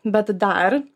bet dar